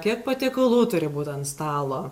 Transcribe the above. kiek patiekalų turi būt ant stalo